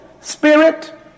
spirit